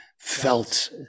felt